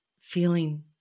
feeling